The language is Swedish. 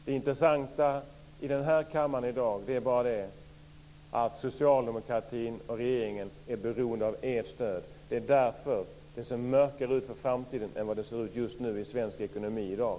Det intressanta i den här kammaren i dag är att socialdemokratin och regeringen är beroende av ert stöd. Det är därför det ser mörkare ut för framtiden än vad det ser ut just nu i svensk ekonomi i dag.